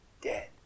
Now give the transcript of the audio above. dead